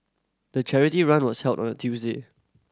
the charity run was held on a Tuesday